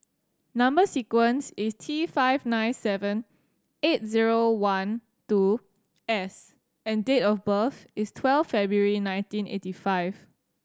number sequence is T five nine seven eight zero one two S and date of birth is twelve February nineteen eighty five